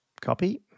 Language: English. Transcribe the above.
copy